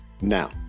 now